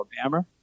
Alabama